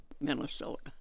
Minnesota